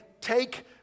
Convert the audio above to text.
take